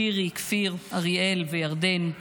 שירי, כפיר, אריאל וירדן.